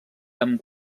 amb